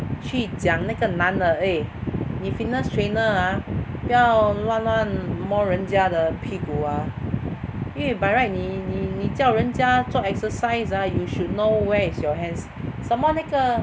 去讲那个男的 eh 你 fitness trainer ah 不要乱乱摸人家的屁股 ah 因为 by right 你你叫人家做 exercise ah you should know where is your hands some more 那个